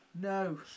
no